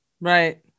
right